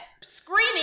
Screaming